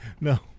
No